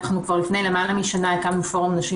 אנחנו כבר לפני למעלה משנה הקמנו פורום נשים